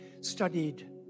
studied